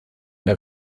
der